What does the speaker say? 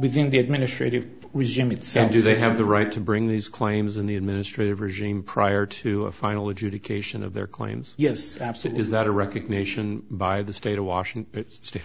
within the administrative regime itself do they have the right to bring these claims in the administrative regime prior to a final adjudication of their claims yes absolutely is that a recognition by the state of washington state